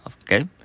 Okay